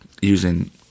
using